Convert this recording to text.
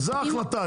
זו ההחלטה,